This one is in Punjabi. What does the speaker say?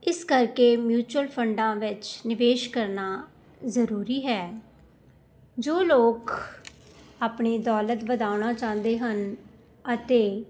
ਇਸ ਕਰਕੇ ਮਿਊਚੁਅਲ ਫੰਡਾਂ ਵਿੱਚ ਨਿਵੇਸ਼ ਕਰਨਾ ਜ਼ਰੂਰੀ ਹੈ ਜੋ ਲੋਕ ਆਪਣੀ ਦੌਲਤ ਵਧਾਉਣਾ ਚਾਹੁੰਦੇ ਹਨ ਅਤੇ